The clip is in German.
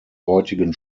heutigen